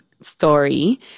story